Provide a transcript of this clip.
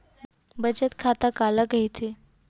बचत खाता काला कहिथे?